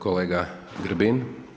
Kolega Grbin.